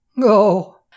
go